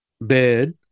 bed